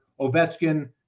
Ovechkin